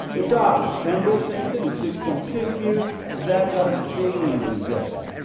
it's obvious. enbril, same thing six point six years that got a saline injection